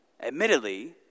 admittedly